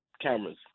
cameras